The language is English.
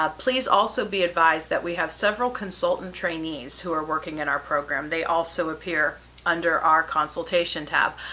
ah please also be advised that we have several consultant trainees who are working in our program. they also appear under our consultation tab.